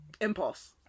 Impulse